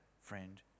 friend